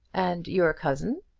and your cousin?